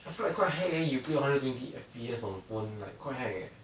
I feel like quite hag eh you play your hundred and twenty F_P_S on phone like quite hag eh